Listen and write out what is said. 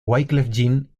jean